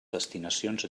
destinacions